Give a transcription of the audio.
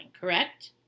Correct